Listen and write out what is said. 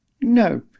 no